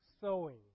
Sewing